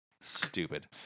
Stupid